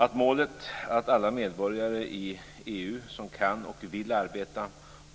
Att målet att alla medborgare i EU som kan och vill arbeta